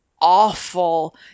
awful